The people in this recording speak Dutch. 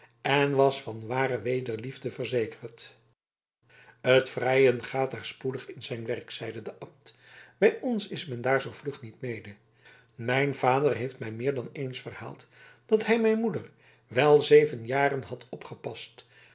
en was van hare wederliefde verzekerd het vrijen gaat daar spoedig in zijn werk zeide de abt bij ons is men daar zoo vlug niet mede mijn vader heeft mij meer dan eens verhaald dat hij mijn moeder wel zeven jaren had opgepast